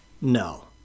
No